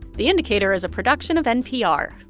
the indicator is a production of npr